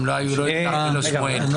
הם לא היו לא יפתח ולא שמואל.